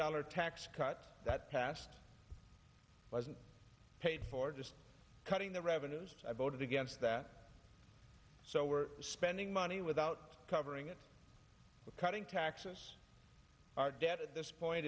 dollars tax cut that passed wasn't paid for just cutting the revenues i voted against that so we're spending money without covering it with cutting taxes are dead at this point